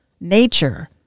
nature